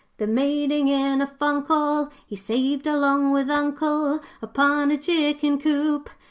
the maiding in a funk all he, saved along with uncle upon a chicken coop.